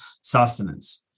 sustenance